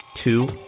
Two